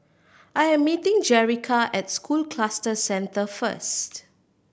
I am meeting Jerica at School Cluster Centre first